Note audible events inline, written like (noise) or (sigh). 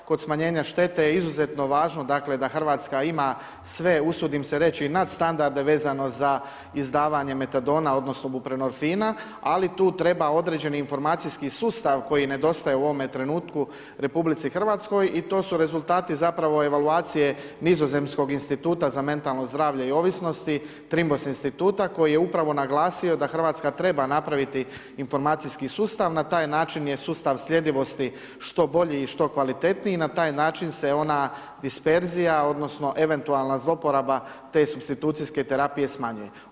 Kod smanjenja štete je izuzetno važno dakle, da RH ima sve, usudim se reći, nadstandarde vezano za izdavanje metadona odnosno, … (unintelligible) ali tu treba određeni informacijski sustav koji nedostaje u ovome trenutku Republici Hrvatskoj i to su rezultati zapravo evaluacije nizozemskog instituta za mentalno zdravlje i ovisnosti Trimbos instituta, koji je upravo naglasio da RH treba napraviti informacijski sustav, na taj način je sustav sljedivosti što bolji i što kvalitetniji, na taj način se ona disperzija, odnosno eventualna zloporaba te supstitucijske terapije smanjuje.